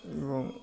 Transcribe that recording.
এবং